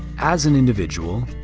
as an individual,